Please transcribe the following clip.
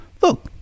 Look